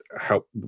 help